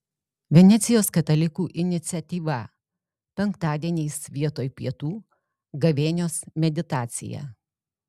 venecijos katalikų iniciatyva penktadieniais vietoj pietų gavėnios meditacija